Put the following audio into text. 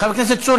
חבר הכנסת צור,